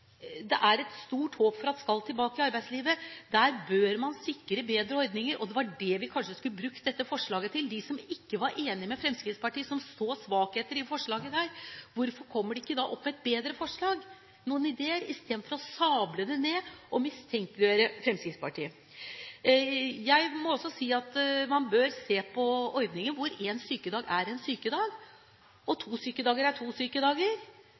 et stort håp om at de skal tilbake til arbeidslivet, bør man sikre bedre ordninger. Det var det vi kanskje skulle brukt dette forslaget til: De som ikke var enig med Fremskrittspartiet, og som så svakheter i forslaget – hvorfor kommer de ikke opp med et bedre forslag, noen ideer, i stedet for å sable det ned og mistenkeliggjøre Fremskrittspartiet? Jeg må også si at man bør se på ordningen hvor én sykedag er én sykedag, og to sykedager er to sykedager,